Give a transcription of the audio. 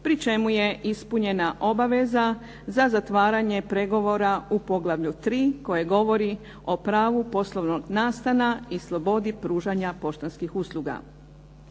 pri čemu je ispunjena obaveza za zatvaranje pregovora u poglavlju 3. koje govori o pravu poslovnog nastana i slobodi pružanja poštanskih usluga.